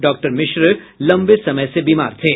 doctor Mishra लंबे समय से बीमार थे